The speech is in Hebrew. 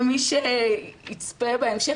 ומי שיצפה בהמשך,